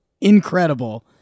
incredible